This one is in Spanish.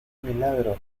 milagro